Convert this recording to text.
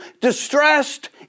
distressed